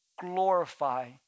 glorify